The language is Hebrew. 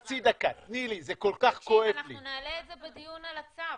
אנחנו נעלה את זה בדיון על הצו.